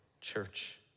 church